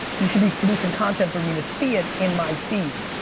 you should be producing content for me to see it in my feed.